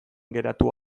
geratu